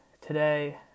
today